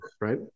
right